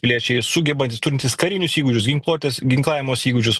piliečiai sugebantys turintys karinius įgūdžius ginkluotės ginklavimosi įgūdžius